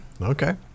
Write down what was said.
Okay